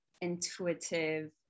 intuitive